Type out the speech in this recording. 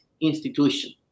institution